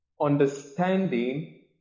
understanding